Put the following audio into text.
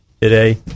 today